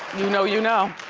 you know you know.